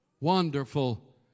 wonderful